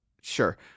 Sure